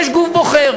יש גוף בוחר.